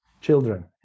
children